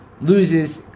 loses